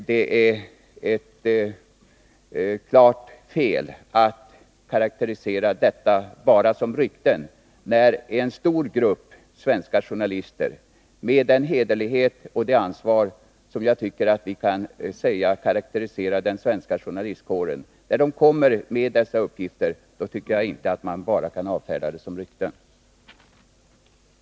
Det är klart felaktigt att karakterisera uppgifter av det slaget som enbart rykten. När en grupp svenska journalister — och jag anser att man kan säga att hederlighet och ansvar präglar den svenska journalistkåren — kommer med dessa uppgifter tycker jag att man inte skall avfärda dem som enbart rykten.